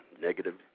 negative